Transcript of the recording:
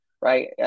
right